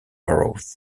borough